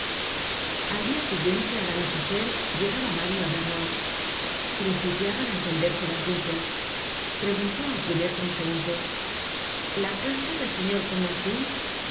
al dia siguiente al anochecer llegaba mario á vernon principiaban á encenderse las luces preguntó al primer transeunte la casa del se